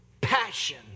Passion